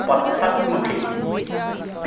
পদশ্চাদমুখী